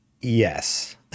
yes